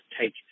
take